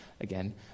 again